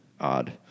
odd